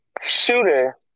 Shooter